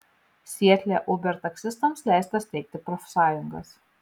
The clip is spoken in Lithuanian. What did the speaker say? sietle uber taksistams leista steigti profsąjungas